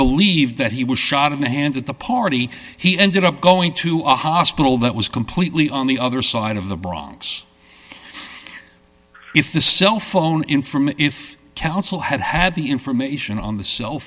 believed that he was shot in the hand at the party he ended up going to a hospital that was completely on the other side of the bronx if the cell phone in from if counsel had had the information on the cell